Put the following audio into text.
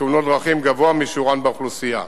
בתאונות דרכים גבוה משיעורן באוכלוסייה.